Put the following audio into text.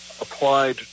applied